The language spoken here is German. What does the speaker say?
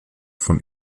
von